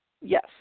Yes